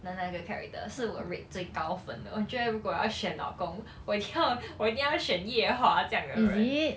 的那个 character 是我 rate 最高分的我觉得如果要选老公我一定要我一定要选夜华这样的人